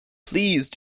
please